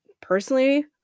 personally